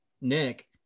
Nick